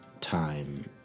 time